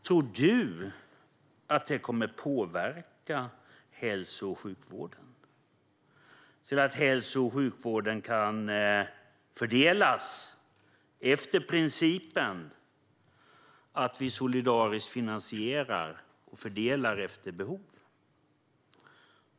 Tror du att det kommer att påverka hälso och sjukvården, så att hälso och sjukvården kan fördelas efter principen att vi solidariskt finansierar och fördelar efter behov?